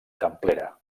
templera